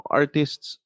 artists